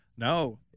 No